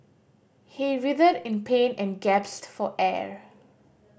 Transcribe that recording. he writhed in pain and gasped for air